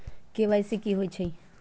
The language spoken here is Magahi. के.वाई.सी कि होई छई?